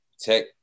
Tech